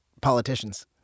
politicians